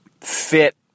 fit